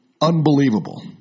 Unbelievable